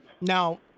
Now